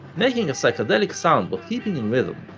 making a psychedelic sound but keeping in rhythm,